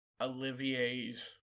Olivier's